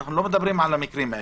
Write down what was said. אנחנו לא מדברים על המקרים האלה.